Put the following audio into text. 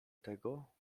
tego